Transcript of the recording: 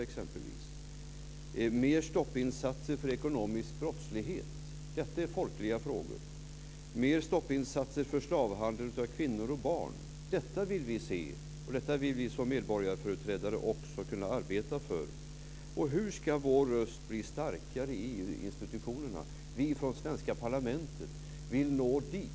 Vi vill se mer stoppinsatser för ekonomisk brottslighet. Detta är folkliga frågor. Vi vill se mer stoppinsatser för slavhandel med kvinnor och barn. Detta vill vi se, och detta vill vi som medborgarföreträdare också kunna arbeta för. Hur ska vår röst bli starkare i EU-institutionerna? Vi från svenska parlamentet vill nå dit.